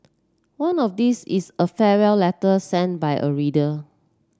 one of these is a farewell letter sent by a reader